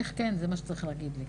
ואיך כן זה מה שצריך להגיד לי.